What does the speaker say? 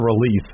release